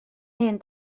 hen